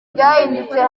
byahindutse